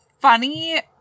funny